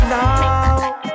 now